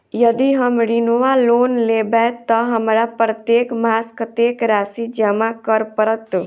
यदि हम ऋण वा लोन लेबै तऽ हमरा प्रत्येक मास कत्तेक राशि जमा करऽ पड़त?